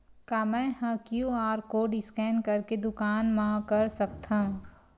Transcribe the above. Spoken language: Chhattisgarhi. का मैं ह क्यू.आर कोड स्कैन करके दुकान मा कर सकथव?